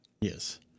Yes